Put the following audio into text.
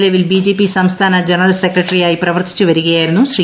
നിലവിൽ ബിജെപി സംസ്ഥാന ജനറൽ സെക്രട്ടറിയായി പ്രവർത്തിച്ച് വരികയായിരുന്നു ശ്രീ